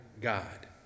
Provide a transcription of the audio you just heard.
God